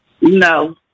No